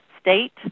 state